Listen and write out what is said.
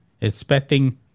expecting